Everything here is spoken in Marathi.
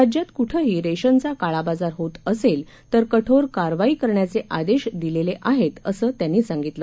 राज्यात कुठंही रेशनचा काळाबाजार होत असेल तर कठोर कारवाई करण्याचे आदेश दिलेले आहेत असं त्यांनी सांगितलं